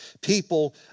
people